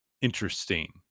interesting